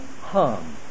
hum